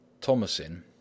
Thomasin